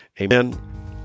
Amen